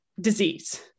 disease